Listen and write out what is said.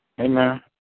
Amen